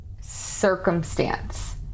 circumstance